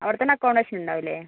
അവിടെത്തന്നെ അക്കോമഡേഷൻ ഉണ്ടാവില്ലേ